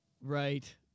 Right